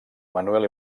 manuel